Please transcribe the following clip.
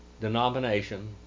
denomination